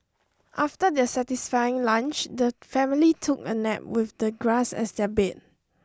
after their satisfying lunch the family took a nap with the grass as their bed